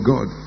God